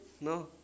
No